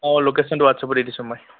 অঁ লকেশ্য়নটো হোৱাটছএপত দি দিছো মই